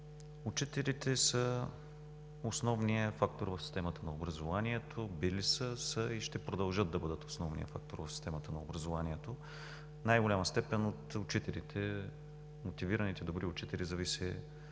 Учителите са основният фактор в системата на образованието. Били са, са и ще продължат да бъдат основният фактор в системата на образованието. В най-голяма степен от учителите, мотивираните добри учители, зависи